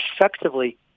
effectively